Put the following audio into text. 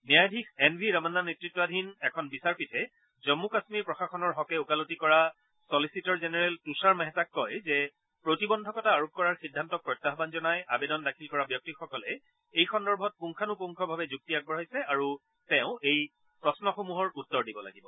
ন্যায়াধীশ N V Ramana নেতৃতাধীন এখন বিচাৰপীঠে জম্মু কাম্মীৰ প্ৰশাসনৰ হকে ওকালতি কৰা ছলিচিটৰ জেনেৰেল তৃষাৰ মেহতাক কয় যে প্ৰতিবন্ধকতা আৰোপ কৰাৰ সিদ্ধান্তক প্ৰত্যাহবান জনাই আৱেদন দাখিল কৰা ব্যক্তিসকলে এই সন্দৰ্ভত পুংখানুপুংখভাৱে যুক্তি আগবঢ়াইছে আৰু তেওঁ এই প্ৰশ্নসমূহৰ উত্তৰ দিব লাগিব